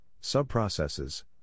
sub-processes